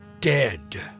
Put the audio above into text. Dead